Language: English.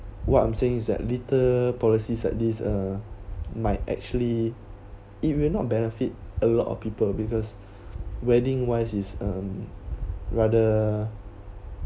what I'm saying is that little policies at this uh my actually it will not benefit a lot of people because wedding wise is um rather